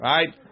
Right